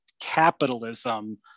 capitalism